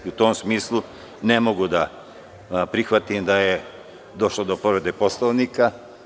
U tom smislu ne mogu da prihvatim da je došlo do povrede Poslovnika.